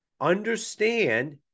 understand